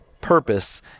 purpose